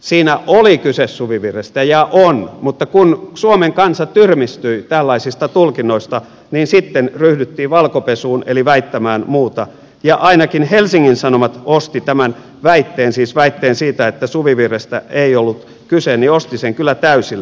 siinä oli kyse suvivirrestä ja on mutta kun suomen kansa tyrmistyi tällaisista tulkinnoista niin sitten ryhdyttiin valkopesuun eli väittämään muuta ja ainakin helsingin sanomat osti tämän väitteen siis väitteen siitä että suvivirrestä ei ollut kyse ja osti sen kyllä täysillä